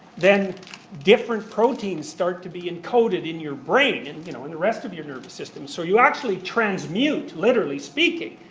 then different proteins start to be encoded in your brain and you know in the rest of your nervous system. so you actually transmute, literally speaking.